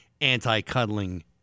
anti-cuddling